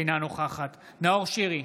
אינה נוכחת נאור שירי,